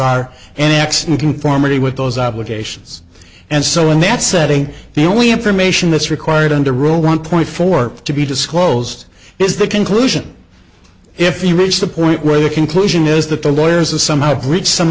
are and acts in conformity with those obligations and so in that setting the only information that's required under rule one point four to be disclosed is the conclusion if you reach the point where the conclusion is that the lawyers to somehow breach some